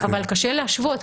אבל קשה להשוות,